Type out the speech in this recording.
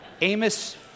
Amos